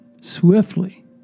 swiftly